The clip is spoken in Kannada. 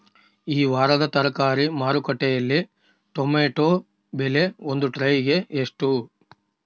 ಈ ವಾರದ ತರಕಾರಿ ಮಾರುಕಟ್ಟೆಯಲ್ಲಿ ಟೊಮೆಟೊ ಬೆಲೆ ಒಂದು ಟ್ರೈ ಗೆ ಎಷ್ಟು?